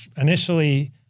initially